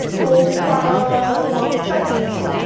to parallel process,